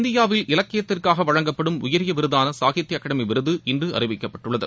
இந்தியாவில் இலக்கியத்திற்காக வழங்கப்படும் உயரிய விருதான சாகித்ய அகாடமி விருது இன்று அறிவிக்கப்பட்டுள்ளது